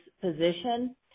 position